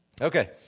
okay